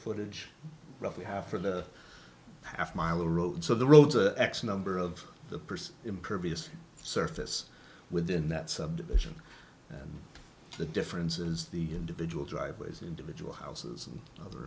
footage roughly half of the half mile road so the roads and x number of the person impervious surface within that subdivision the differences the individual drivers individual houses and other